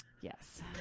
yes